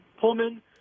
Pullman